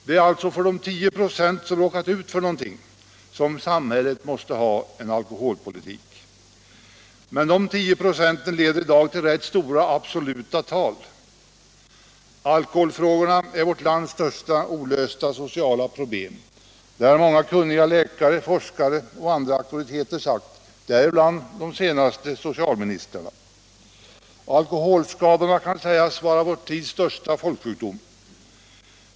Det är alltså för de 10 96 som råkar ut för någonting som samhället måste ha en alkoholpolitik. Men dessa 10 96 innebär i dag rätt stora absoluta tal. Alkoholfrågorna är vårt lands största olösta sociala problem. Det har många kunniga läkare, forskare och andra auktoriteter sagt, däribland de senaste socialministrarna. Alkoholskadorna kan också sägas vara vår tids största folksjukdom.